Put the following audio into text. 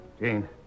Jane